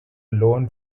loan